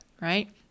right